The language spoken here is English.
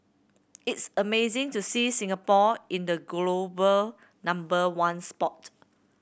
it's amazing to see Singapore in the global number one spot